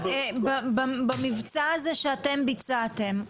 במבצע הזה שאתם ביצעתם,